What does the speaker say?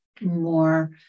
more